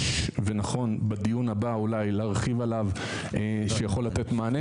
ונכון בדיו הבא להרחיב עליו שיכול לתת מענה.